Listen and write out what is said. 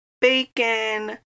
bacon